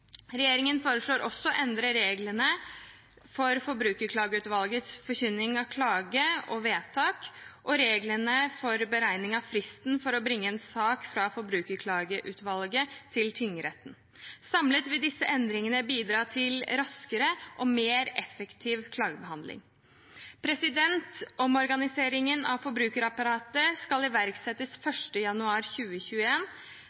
Regjeringen foreslår også å endre reglene for Forbrukerklageutvalgets forkynning av klage og vedtak og reglene for beregning av fristen for å bringe en sak fra Forbrukerklageutvalget til tingretten. Samlet vil disse endringene bidra til raskere og mer effektiv klagebehandling. Omorganiseringen av forbrukerapparatet skal iverksettes